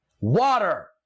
Water